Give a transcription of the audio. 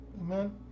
amen